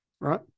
right